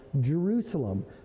Jerusalem